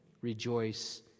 rejoice